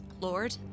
Lord